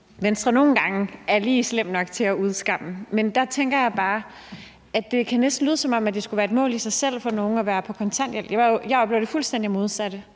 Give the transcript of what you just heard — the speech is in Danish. Venstre nogle gange er lige slem nok til at udskamme, og der tænker jeg bare, det næsten kan lyde, som om det skulle være et mål i sig selv for nogle at være på kontanthjælp. Jeg oplever det fuldstændig modsatte.